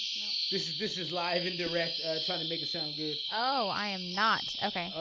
this is this is live indirect trying to make a sound good. oh, i am not. okay.